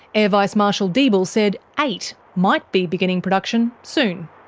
air vice marshal deeble said eight might be beginning production soon.